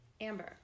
Amber